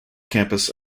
campus